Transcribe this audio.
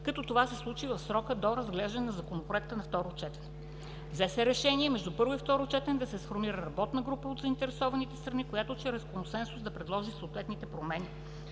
като това се случи в срока до разглеждане на Законопроекта на второ четене. Взе се решение между първо и второ четене да се сформира работна група от заинтересованите страни, която чрез консенсус да предложи съответните промени,